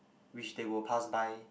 which they were passed by